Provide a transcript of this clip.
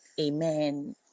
Amen